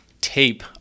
tape